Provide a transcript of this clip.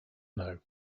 know